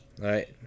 right